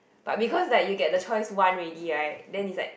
but because like you get the choice one already right then is like